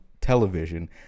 Television